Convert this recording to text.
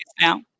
now